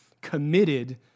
committed